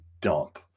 dump